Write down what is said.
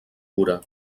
cura